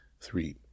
Three